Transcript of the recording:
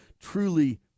truly